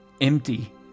empty